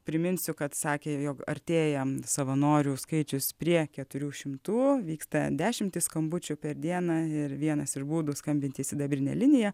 priminsiu kad sakė jog artėja savanorių skaičius prie keturių šimtų vyksta dešimtys skambučių per dieną ir vienas iš būdų skambinti į sidabrinę liniją